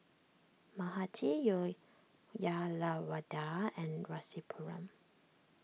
Mahade Uyyalawada and Rasipuram